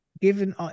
Given